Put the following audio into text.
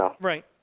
right